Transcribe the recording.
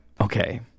okay